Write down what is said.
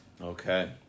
Okay